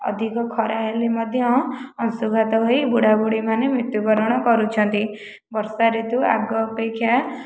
ଅଧିକ ଖରା ହେଲେ ମଧ୍ୟ ଅଂଶୁଘାତ ହୋଇ ବୁଢ଼ା ବୁଢ଼ୀମାନେ ମୃତ୍ୟୁ ବରଣ କରୁଛନ୍ତି ବର୍ଷା ଋତୁ ଆଗ ଅପେକ୍ଷା